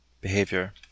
Behavior